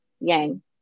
yang